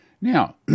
Now